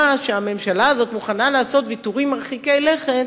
שהממשלה הזאת מוכנה לעשות ויתורים מרחיקי לכת,